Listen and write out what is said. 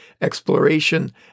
exploration